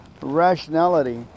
rationality